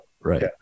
right